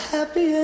Happy